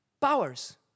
Powers